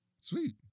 Sweet